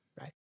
right